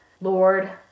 Lord